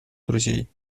друзей